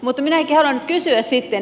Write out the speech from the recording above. mutta minäkin haluan nyt kysyä sitten